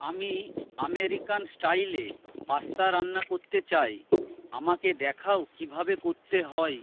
আমি আমেরিকান স্টাইলে পাস্তা রান্না করতে চাই আমাকে দেখাও কীভাবে করতে হয়